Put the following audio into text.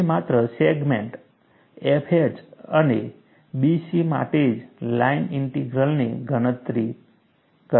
આપણે માત્ર segment FH અને BC માટે જ લાઇન ઇન્ટિગ્રલની ગણતરી કરવાની છે